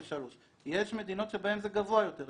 23. יש מדינות בהם זה גבוה יותר שבהם זה גבוה יותר,